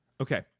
Okay